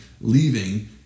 leaving